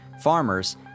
farmers